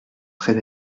très